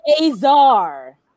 Azar